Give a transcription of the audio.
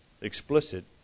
explicit